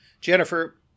Jennifer